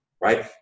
right